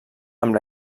amb